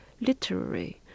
literary